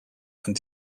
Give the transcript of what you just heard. and